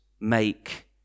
make